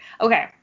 Okay